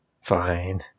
fine